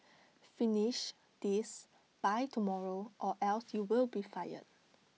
finish this by tomorrow or else you'll be fired